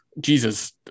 Jesus